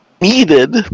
needed